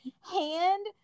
hand